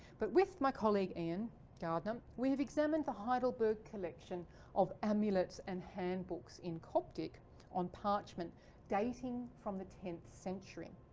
but with my colleague ian gardner, we have examined the heidelberg collection of amulets and handbooks in coptic on parchment dating from the tenth century.